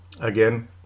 Again